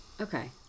Okay